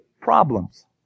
problems